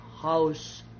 house